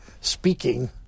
speaking